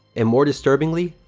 and more disturbingly,